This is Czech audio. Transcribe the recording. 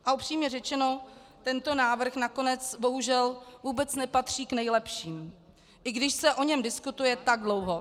A upřímně řečeno, tento návrh nakonec bohužel vůbec nepatří k nejlepším, i když se o něm diskutuje tak dlouho.